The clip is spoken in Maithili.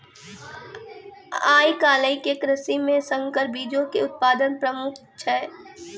आइ काल्हि के कृषि मे संकर बीजो के उत्पादन प्रमुख छै